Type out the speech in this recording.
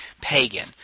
Pagan